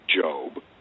Job